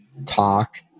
Talk